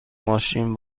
ماشین